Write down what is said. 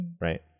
right